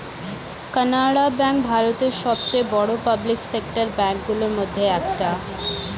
Canara bank ভারতের সবচেয়ে বড় পাবলিক সেক্টর ব্যাঙ্ক গুলোর মধ্যে একটা